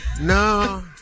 No